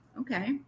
okay